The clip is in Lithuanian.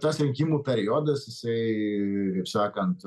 tas rinkimų periodas jisai kaip sakant